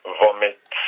vomit